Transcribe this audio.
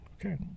Okay